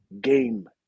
game